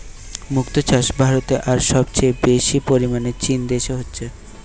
মুক্তো চাষ ভারতে আর সবচেয়ে বেশি পরিমাণে চীন দেশে হচ্ছে